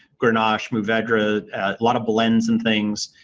grenache, mourvedre, a lot of blends and things.